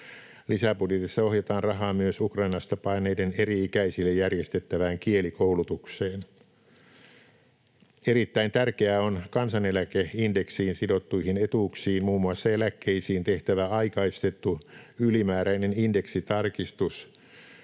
Lisäbudjetissa ohjataan rahaa myös Ukrainasta paenneiden eri-ikäisille järjestettävään kielikoulutukseen. Erittäin tärkeää on kansaneläkeindeksiin sidottuihin etuuksiin, muun muassa eläkkeisiin, tehtävä aikaistettu ylimääräinen indeksitarkistus,